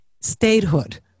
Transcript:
statehood